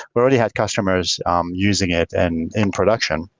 we already had customers um using it and in production.